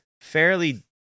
fairly